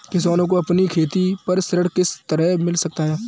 किसानों को अपनी खेती पर ऋण किस तरह मिल सकता है?